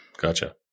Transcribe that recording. Gotcha